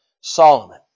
Solomon